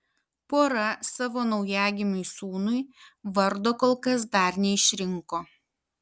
pora savo naujagimiui sūnui vardo kol kas dar neišrinko